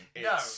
No